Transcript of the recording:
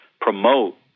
promote